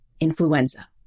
Influenza